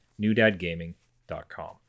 NewDadGaming.com